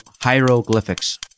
hieroglyphics